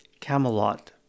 Camelot